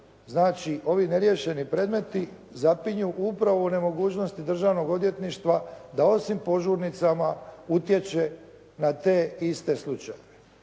znači ovi neriješeni predmeti zapinju upravo u nemogućnosti Državnog odvjetništva da osim požurnicama utječe na te iste slučajeve.